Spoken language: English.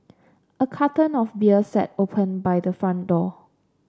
a carton of beer sat open by the front door